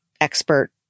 expert